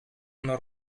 non